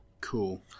Cool